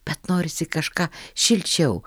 bet norisi kažką šilčiau